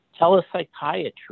telepsychiatry